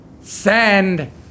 Sand